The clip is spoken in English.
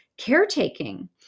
caretaking